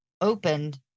opened